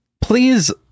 please